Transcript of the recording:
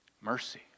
Mercy